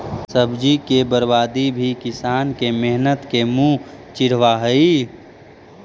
सब्जी के बर्बादी भी किसान के मेहनत के मुँह चिढ़ावऽ हइ